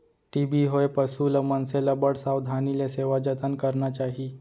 TB होए पसु ल, मनसे ल बड़ सावधानी ले सेवा जतन करना चाही